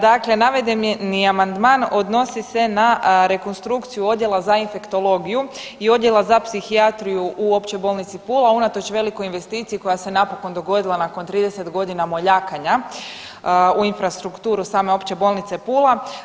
Dakle, navedeni amandman odnosi se na rekonstrukciju odjela za infektologiju i odjela za psihijatriju u Općoj bolnici Pula unatoč velikoj investiciji koja se napokon dogodila nakon 30.g. moljakanja u infrastrukturu same Opće bolnice Pula.